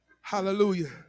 hallelujah